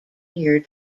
year